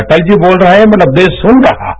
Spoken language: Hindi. अटल जी बोल रहे है मतलब देश सुन रहा है